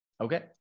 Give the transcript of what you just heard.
Okay